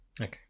Okay